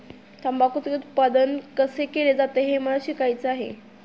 तंबाखूचे उत्पादन कसे केले जाते हे मला शिकायचे आहे